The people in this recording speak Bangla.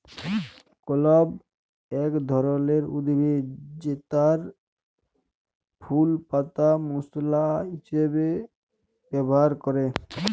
ক্লভ এক ধরলের উদ্ভিদ জেতার ফুল পাতা মশলা হিসাবে ব্যবহার ক্যরে